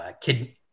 kid